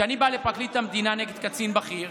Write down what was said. כשאני בא לפרקליט המדינה נגד קצין בכיר,